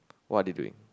what are they doing